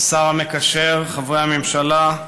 השר המקשר, חברי הממשלה,